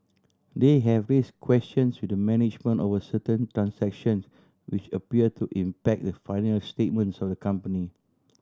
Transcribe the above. they have raise questions with management over certain transaction which appear to impact the financial statements of the company